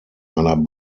einer